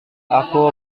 aku